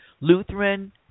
Lutheran